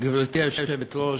גברתי היושבת-ראש,